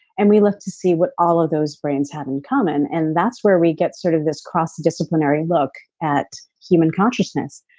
and we look to see what all of those brains have in common and that's where we get sort of this cross disciplinary look at human consciousness.